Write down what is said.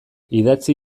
idatzi